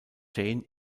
jane